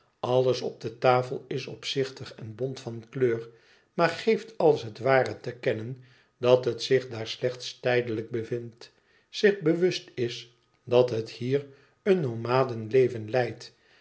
alles op de tafelis opzichtig en bont van kleur maar geeft als het ware te kennen dat het zich daar slechts tijdelijk bevindt zich bewust is dat het hier een nomadenleven leidt